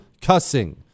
cussing